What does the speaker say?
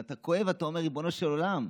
ואתה כואב, אתה אומר: ריבונו של עולם,